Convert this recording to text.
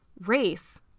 race